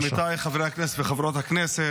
עמיתיי חברי הכנסת וחברות הכנסת,